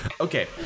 Okay